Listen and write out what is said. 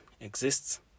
exists